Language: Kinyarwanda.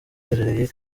aherereye